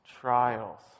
Trials